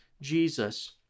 Jesus